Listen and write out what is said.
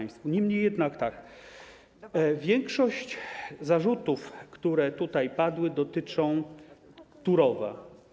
Niemniej jednak większość zarzutów, które tutaj padły, dotyczy Turowa.